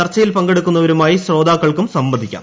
ചർച്ചയിൽ പങ്കെടുക്കുന്നവരുമായി ശ്രോതാക്കൾക്കും സംവദിക്കാം